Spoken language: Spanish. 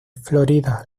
florida